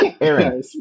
Aaron